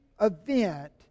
event